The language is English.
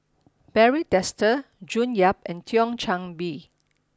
Barry Desker June Yap and Thio Chan Bee